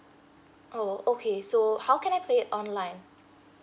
oh okay so how can I pay it online